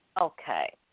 Okay